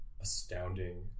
astounding